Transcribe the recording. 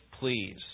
please